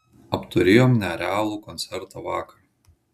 apturėjom nerealų koncertą vakar